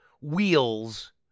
wheels